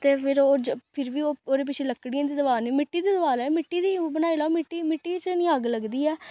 ते फिर ओह् फिर बी ओह् ओहदे पिच्छें लकड़ियें दी दवार निं मिट्टी दी दवार लेऔ मिट्टी दी ओह् बनाई लेऔ मिट्टी च निं अग्ग लगदी ऐ